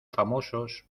famosos